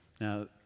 Now